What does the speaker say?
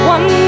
One